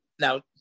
now